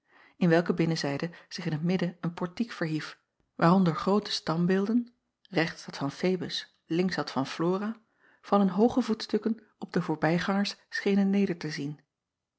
in welke binnenzijde zich in t midden een portiek verhief waaronder groote standbeelden rechts dat van ebus links dat van lora van acob van ennep laasje evenster delen hun hooge voetstukken op de voorbijgangers schenen neder te zien